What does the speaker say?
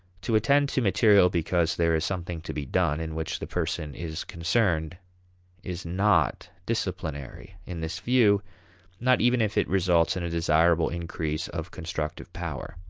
to attend to material because there is something to be done in which the person is concerned is not disciplinary in this view not even if it results in a desirable increase of constructive power.